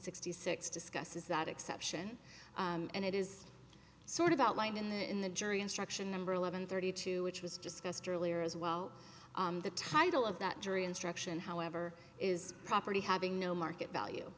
sixty six discusses that exception and it is sort of outlined in the in the jury instruction number eleven thirty two which was discussed earlier as well the title of that jury instruction however is property having no market value